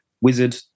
wizard